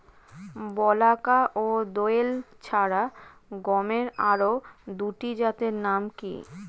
বলাকা ও দোয়েল ছাড়া গমের আরো দুটি জাতের নাম কি?